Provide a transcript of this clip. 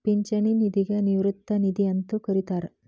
ಪಿಂಚಣಿ ನಿಧಿಗ ನಿವೃತ್ತಿ ನಿಧಿ ಅಂತೂ ಕರಿತಾರ